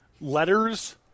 letters